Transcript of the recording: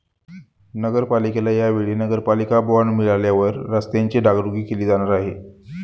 नगरपालिकेला या वेळी नगरपालिका बॉंड मिळाल्यावर रस्त्यांची डागडुजी केली जाणार आहे